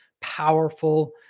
powerful